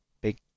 big